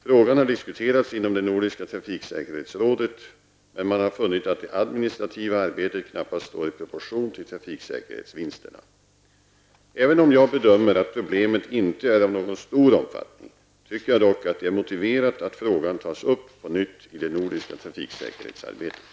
Frågan har disktuerats inom det Nordiska trafiksäkerhetsrådet, men man har funnit att det administrativa arbetet knappast står i proportion till trafiksäkerhetsvinsterna. Även om jag bedömer att problemet inte är av någon stor omfattning tycker jag dock att det är motiverat att frågan tas upp på nytt i det nordiska trafiksäkerhetsarbetet.